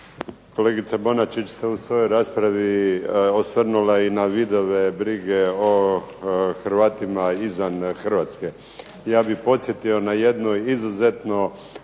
Kolegica Bonačić se u svojoj raspravi osvrnula i na vidove brige o Hrvatima izvan Hrvatske. Ja bih podsjetio na jednu izuzetnu